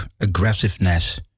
aggressiveness